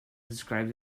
describes